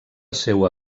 seua